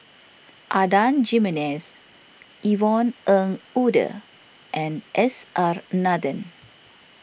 Adan Jimenez Yvonne Ng Uhde and S R Nathan